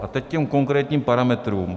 A teď k těm konkrétním parametrům.